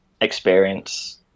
experience